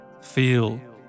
Feel